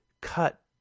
cut